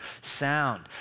sound